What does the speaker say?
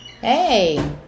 hey